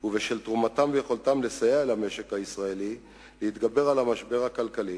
ובשל תרומתם ויכולתם לסייע למשק הישראלי להתגבר על המשבר הכלכלי,